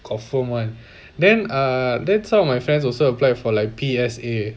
confirm one then err then some of my friends also applied for like P_S_A